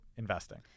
investing